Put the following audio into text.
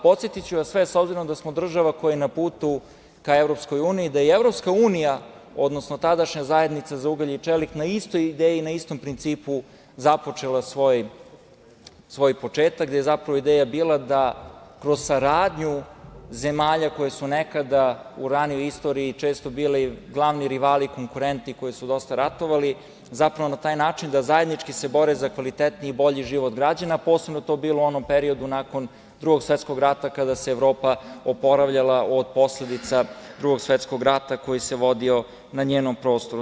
Podsetiću vas sve, s obzirom da smo država koja je na putu ka EU, da je EU, odnosno tadašnja Zajednica za ugalj i čelik, na istoj ideji i na istom principu započela svoj početak, da je zapravo ideja bila da kroz saradnju zemalja koje su nekada u ranijoj istoriji često bile glavni rivali, konkurenti koji su dosta ratovali, zapravo na taj način da zajednički se bore za kvalitetniji i bolji život građana, a posebno je to bilo u onom periodu nakon Drugog svetskog rata kada se Evropa oporavljala od posledica Drugog svetskog rata koji se vodio na njenom prostoru.